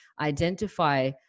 identify